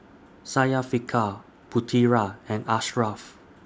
Syafiqah Putera and Ashraf